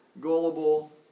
gullible